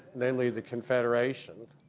namely the confederation.